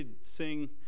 sing